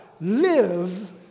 lives